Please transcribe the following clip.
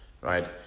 Right